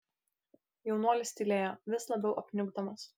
jaunuolis tylėjo vis labiau apniukdamas